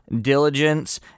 diligence